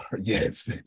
yes